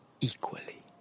equally